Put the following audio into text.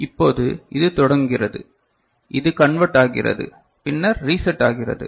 இப்போது இது தொடங்குகிறது இது கன்வேர்ட் ஆகிறது பின்னர் ரீசெட் ஆகிறது